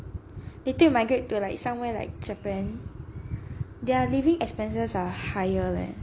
they take like migrate to like somewhere like japan their are living expenses are higher leh